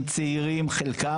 חלקם צעירים,